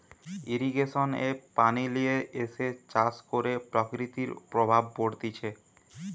irrigation এ পানি লিয়ে এসে চাষ করে প্রকৃতির প্রভাব পড়তিছে